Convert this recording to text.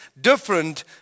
different